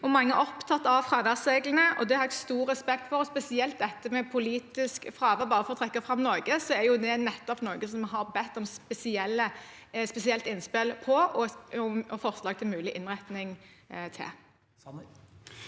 mange er opptatt av fraværsreglene, og det har jeg stor respekt for. Spesielt dette med politisk fravær – for å trekke fram noe – er noe vi spesielt har bedt om innspill og forslag til mulig innretning på.